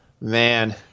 man